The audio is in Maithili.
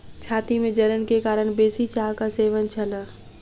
छाती में जलन के कारण बेसी चाहक सेवन छल